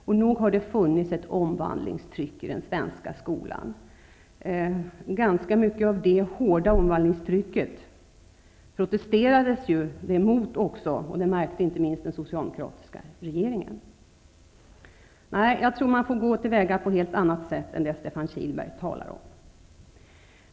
Och nog har det funnits ett omvandlingstryck i den svenska skolan. Det protesterades ju också ganska mycket mot det hårda omvandlingstrycket, och det märkte inte minst den socialdemokratiska regeringen. Nej, jag tror att man får gå fram på ett helt annat sätt än det som Stefan Kihlberg talar om.